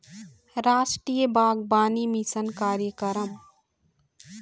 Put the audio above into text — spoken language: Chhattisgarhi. रास्टीय बागबानी मिसन कार्यकरम